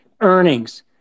earnings